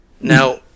now